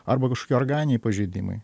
arba kažkokie organiniai pažeidimai